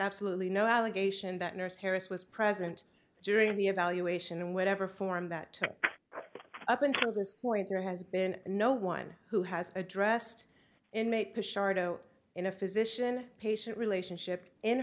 absolutely no allegation that nurse harris was present during the evaluation and whatever form that took up until this point there has been no one who has addressed inmate bush arto in a physician patient relationship in